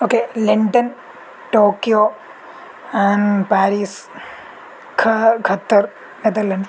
okay London Tokyo Paris खः Qatar Netherlands